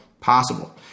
possible